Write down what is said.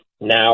now